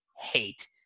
hate